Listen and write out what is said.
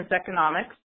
economics